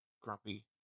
grumpy